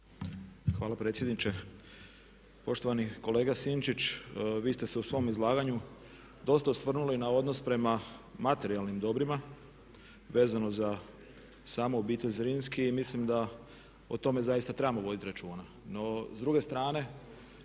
Hvala predsjedniče. Poštovani kolega Sinčić, vi ste se u svom izlaganju dosta osvrnuli na odnos prema materijalnim dobrima vezano za samu obitelj Zrinski. I mislim da o tome zaista trebamo voditi računa.